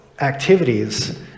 activities